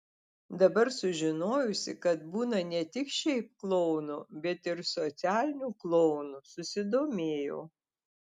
dabar sužinojusi kad būna ne tik šiaip klounų bet ir socialinių klounų susidomėjau